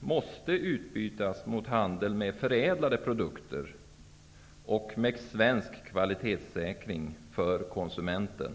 måste bytas ut mot handel med förädlade produkter med svensk kvalitetssäkring för konsumenten.